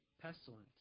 pestilence